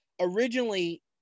originally